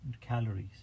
calories